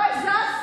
לא הזזתי.